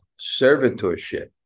servitorship